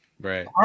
right